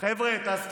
חבר'ה,